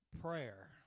prayer